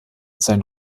sein